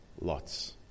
Lot's